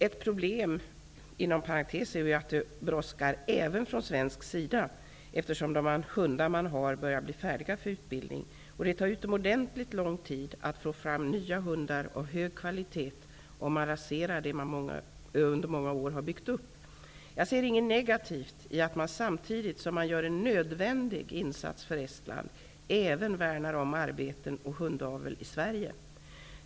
Ett problem är, inom parentes sagt, att det brådskar även från svensk sida, eftersom de hundar som man har börjar bli färdiga för utbildning och det tar utomordentligt lång tid att få fram nya hundar av hög kvalitet, om man raserar det som man under många år har byggt upp. Jag ser inget negativt i att man, samtidigt som man gör en nödvändig insats för Estland, även värnar om arbeten och hundavel i Sverige.